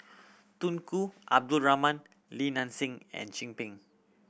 Tunku Abdul Rahman Li Nanxing and Chin Peng